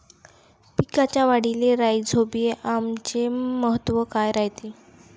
पिकाच्या वाढीले राईझोबीआमचे महत्व काय रायते?